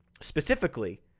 Specifically